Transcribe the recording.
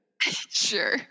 Sure